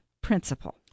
principle